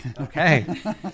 Okay